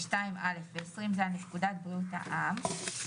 ו-(2)(א) ו-20ז לפקודת בריאות העם,